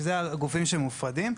שזה הגופים שמפורדים.